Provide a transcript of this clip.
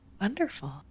Wonderful